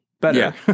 better